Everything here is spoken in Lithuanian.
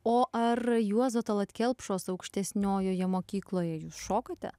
o ar juozo tallat kelpšos aukštesniojoje mokykloje jūs šokote